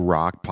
Rock